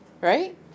Right